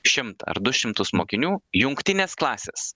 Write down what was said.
šimtą ar du šimtus mokinių jungtinės klasės